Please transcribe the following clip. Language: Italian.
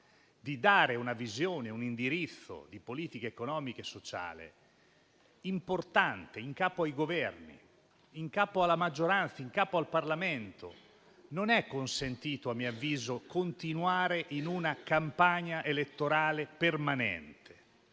di dare una visione e un indirizzo di politica economica e sociale importante in capo ai Governi, alla maggioranza e al Parlamento. Non è consentito, a mio avviso, continuare una campagna elettorale permanente: